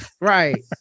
right